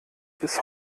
bis